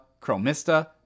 chromista